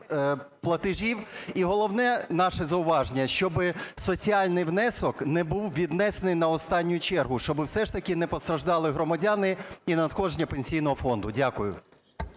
платежів. І головне наше зауваження: щоб соціальний внесок не був віднесений на останню чергу, щоб все ж таки не постраждали громадяни і надходження Пенсійного фонду. Дякую.